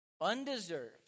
undeserved